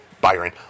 Byron